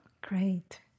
Great